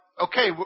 okay